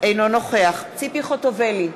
אינו נוכח ציפי חוטובלי,